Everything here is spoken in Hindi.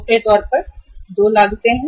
मोटे तौर पर दो लागत हैं